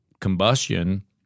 combustion